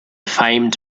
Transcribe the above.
famed